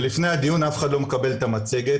ולפני הדיון אף אחד לא מקבל את המצגת,